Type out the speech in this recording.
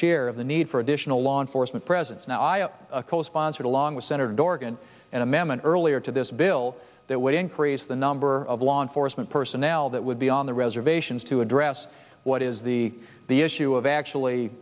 share of the need for additional law enforcement presence now i co sponsored along with senator dorgan an amendment earlier to this bill that would increase the number of law enforcement personnel that would be on the reservations to address what is the the issue of actually